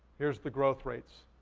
here's the growth rates.